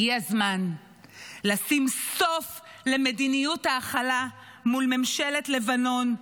הגיע הזמן לשים סוף למדיניות ההכלה מול ממשלת לבנון.